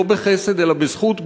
לא בחסד אלא בזכות,